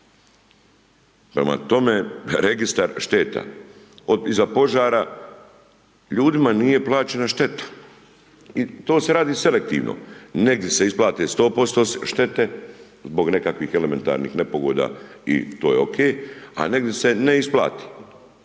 Prema tome, Registar šteta, od iza požara, ljudima nije plaćena šteta i to se radi selektivno. Negdje se isplate 100% štete, zbog nekakvih elementarnih nepogoda i to je okej, a negdje se ne isplati.